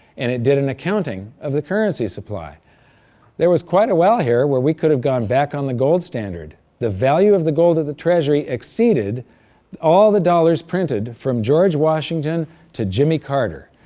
and it did an accounting of the currency supply there was quite a while here where we could have gone back on the gold standard. the value of the gold at the treasury exceeded all the dollars printed from george washington to jimmy carter.